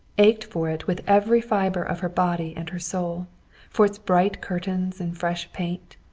ached for it with every fiber of her body and her soul for its bright curtains and fresh paint,